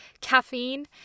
caffeine